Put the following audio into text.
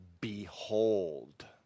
behold